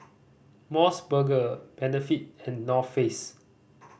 Mos Burger Benefit and North Face